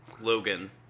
Logan